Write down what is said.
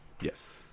Yes